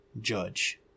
judge